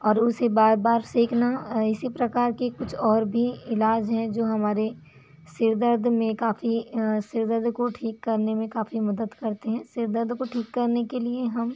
और उसे बार बार सेकना और इसी प्रकार के और भी इलाज हैं जो हमारे सिर दर्द में काफ़ी सिर दर्द को ठीक करने में काफ़ी मदद करते हैं सिर दर्द को ठीक करने के लिए हम